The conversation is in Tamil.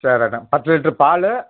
சரி ரைட்டுங்க பத்து லிட்ரு பால்